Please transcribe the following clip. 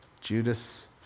Judas